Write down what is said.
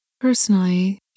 Personally